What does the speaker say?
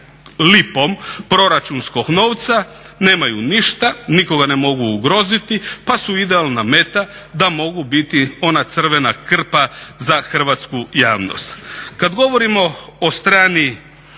lipom proračunskog novca, nemaju ništa nikoga ne mogu ugroziti pa su idealna meta da mogu biti ona crvena krpa za hrvatsku javnost. Kada govorimo o strani